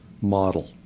model